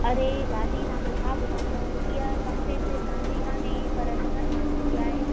अड़े दादी तव्हांखे छा ॿुधायूं हीअ कंप्लेन सिर्फ़ु तव्हांजी कान्हे पर चङनि माण्हुनि जी आहे